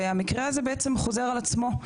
והמקרה הזה בעצם חוזר על עצמו.